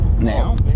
now